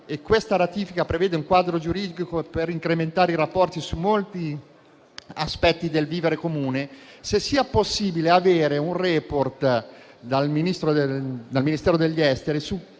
in questione prevede un quadro giuridico per incrementare i rapporti su molti aspetti del vivere comune, se sia possibile avere un report del Ministero degli affari esteri